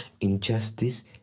Injustice